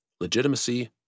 legitimacy